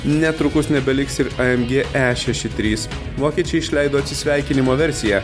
netrukus nebeliks ir a em gie e šeši trys vokiečiai išleido atsisveikinimo versiją